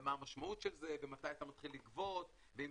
ומה המשמעות של זה ומתי אתה מתחיל לגבות ואם